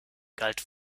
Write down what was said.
galt